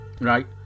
Right